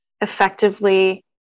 effectively